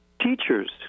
teachers